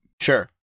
Sure